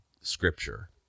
Scripture